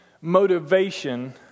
motivation